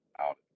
out